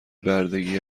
بردگی